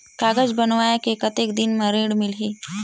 कागज बनवाय के कतेक दिन मे ऋण मिलही?